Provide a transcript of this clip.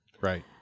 Right